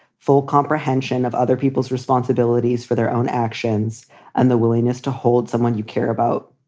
full comprehension of other people's responsibilities for their own actions and the willingness to hold someone you care about,